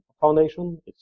Foundation